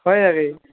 হয় যাবি